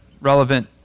relevant